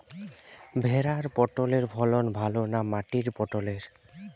ভেরার পটলের ফলন ভালো না মাটির পটলের?